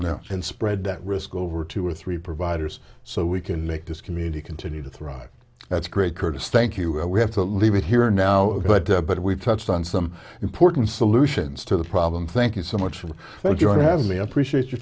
now and spread that risk over two or three providers so we can make this community continue to thrive that's great curtis thank you well we have to leave it here now but but we've touched on some important solutions to the problem thank you so much for joining having me appreciate your